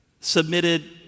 submitted